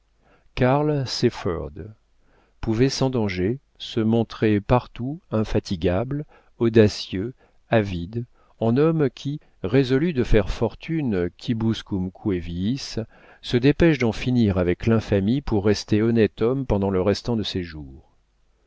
carl sepherd pouvait sans danger se montrer partout infatigable audacieux avide en homme qui résolu de faire fortune quibuscumque viis se dépêche d'en finir avec l'infamie pour rester honnête homme pendant le restant de ses jours